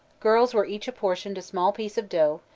girls were each apportioned a small piece of dough,